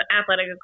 athletic